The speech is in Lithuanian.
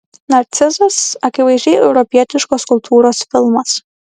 narcizas akivaizdžiai europietiškos kultūros filmas